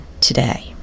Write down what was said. today